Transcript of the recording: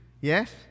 Yes